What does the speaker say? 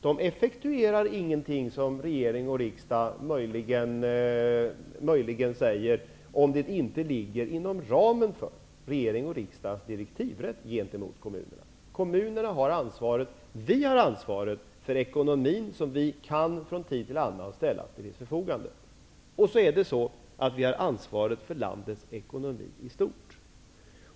De effektuerar ingenting som regering och riksdag möjligen säger, om det inte ligger inom ramen för regeringens och riksdagens direktivrätt gentemot kommunerna. Kommunerna har ansvaret. Vi har ansvaret för ekonomin, som vi från tid till annan kan ställa till deras förfogande. Vi har ansvaret för landets ekonomi i stort.